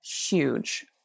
huge